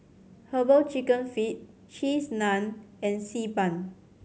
Herbal Chicken Feet Cheese Naan and Xi Ban